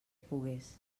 pugues